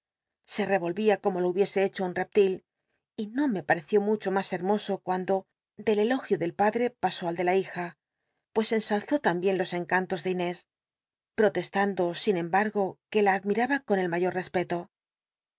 se r c ohia como cas lo hubiese hecho un reptil y no me patcció mucho mas hermoso cuando del elogio del padre pasó al de la bija pues ensalzú tambicn los encantos de jnés protestando sin embargo que la admiraba con el mayor respeto